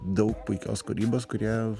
daug puikios kūrybos kurie